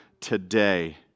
today